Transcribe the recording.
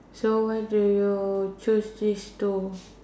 so why do you choose this two